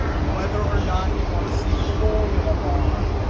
whether or not you want to see the formula bar.